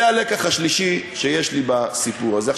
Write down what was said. זה הלקח השלישי שיש לי בסיפור הזה.